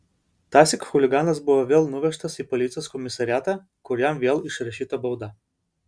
tąsyk chuliganas buvo vėl nuvežtas į policijos komisariatą kur jam vėl išrašyta bauda